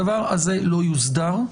הדבר הזה לא יוסדר,